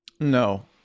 no